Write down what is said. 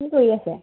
কি কৰি আছে